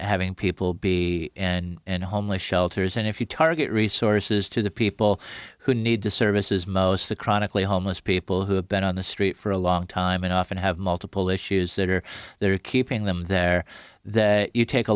having people be in homeless shelters and if you target resources to the people who need to services most the chronically homeless people who have been on the street for a long time and often have multiple issues that are there keeping them there that you take a